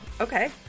Okay